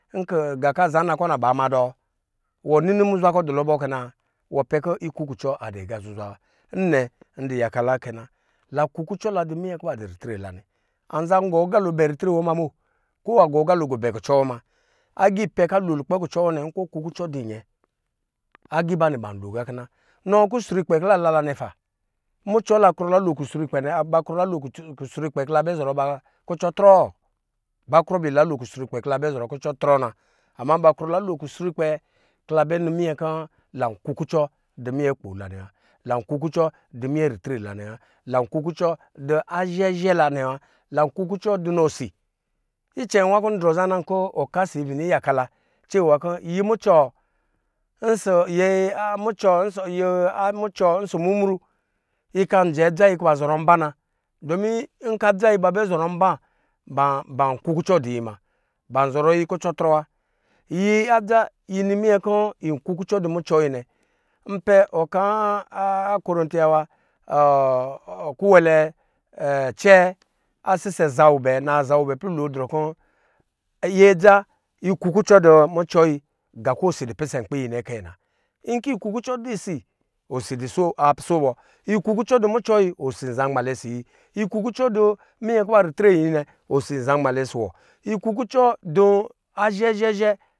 Nga kɔ azaa nnakɔ na bama dɔ wɔ nini muzwa kɔ du lu bɔ kɛ na? Wɔ pɛ kɔ ikukucɔ adu aga zuzwa wa nnɛ ndu yakala kɛ na la kukucɔ la du mninyɛ kjɔ ba du ritre la nɛ azan gɔ agalo bɛ ritre wɔ ma bɔ ko angɔ agala gɔ bɛ kucɔ muna rgipɛ kɔ alo kucɔ wɔ nɛ nkɔ ɔ kukucɔ wɔ du nyɛ agi iba nɛ ban lo gakina nɔ kusrukpɛ kɔ la na la nɛ pa mucɔ la ba krɔ la lo kusrukpɛ kɔ la bɛ zɔrɔ ba kucɔtrɔ? Ba krɔɔ ila co kusrukpɛ kɔ la bɛ zɔrɔ ku cɔtrɔ na ba krɔla lo kusrukpɛ nyin kɔ la bɛ kukulɔ dy mimɛ kpola nɛ wa lan kuku cɔ du minyɛ ritre la nɛwa lankukucɔ du azhɛ zzbɛ la nɛ wa lan kukucɔ du nɔ osi icɛnbɛ wa kɔ ndrɔ za na nkɔ ɔkasi bini yaka la cɛwa kɔ yimucɔ ɔsɔ mumru yi kanjɛ adza yi kɔ ba zɔrɔ mba na domi nkɔ adza yi ba bɛ zɔrɔ mba, ban kukucɔ duyi ma ban zɔrɔ yi kucɔ trɔ wa yi adza yi nɔ minyɛ kɔ yinkukucɔ yi dɔ mucɔ yi nɛ npɛ ɔka korintiyawa kuwɛlɛ acɛɛ asɛ zabɛ abɛɛ naa zabɛ abɛɛɛ plɔ lo drɔ kɔ yi adza yi kuku cɔ yi du mucɔ yi nga kɔ osi adu pisɛ nkpi yi nɛ k nɛ na. Nkɔ yi kukucɔ yi du osi osi aso bɔ yi kukucɔ yi du mucɔ yi osi anza nmale ɔsɔ yi, yi kukucɔ yi du minyɛ kɔ ba du ritre yi nɛ osi ana nmalɛ ɔsɔ wɔ yi kuku cɔ du azhɛ, zhɛ zhɛ